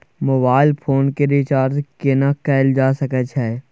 Mobile phone के recharge केना कैल जा सकै छै?